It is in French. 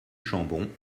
chambon